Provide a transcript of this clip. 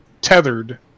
tethered